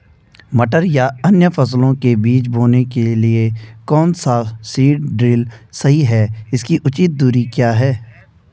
मटर या अन्य फसलों के बीज बोने के लिए कौन सा सीड ड्रील सही है इसकी उचित दूरी क्या है?